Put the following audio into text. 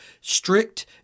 strict